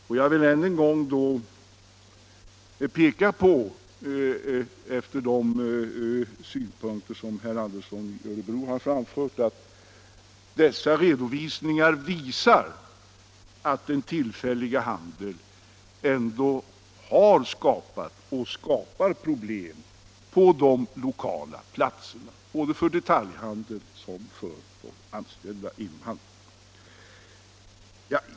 Efter de synpunkter som herr Andersson har 153 framfört vill jag än en gång peka på att dessa redovisningar visar att den tillfälliga handeln ändå har skapat problem på de lokala platserna både för detaljhandeln och för de anställda inom handeln.